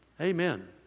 Amen